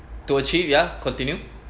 to achieve ya continue